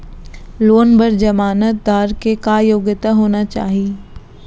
Loan बर जमानतदार के का योग्यता होना चाही?